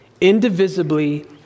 indivisibly